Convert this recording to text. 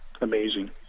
amazing